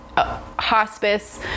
hospice